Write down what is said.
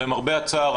למרבה הצער,